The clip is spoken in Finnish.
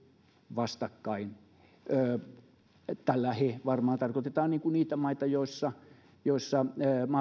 vastakkain heillä varmaan tarkoitetaan niitä maita joissa joissa